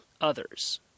others